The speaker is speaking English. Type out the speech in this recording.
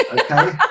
okay